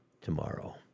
tomorrow